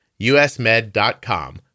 usmed.com